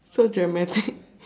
so dramatic